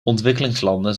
ontwikkelingslanden